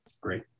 Great